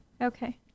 Okay